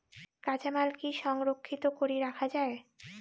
কাঁচামাল কি সংরক্ষিত করি রাখা যায়?